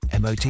MOT